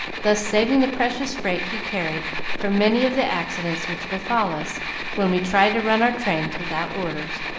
thus saving the precious freight he carried from many of the accidents which befall us when we try to run our trains without orders,